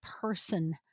person